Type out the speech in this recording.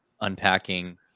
unpacking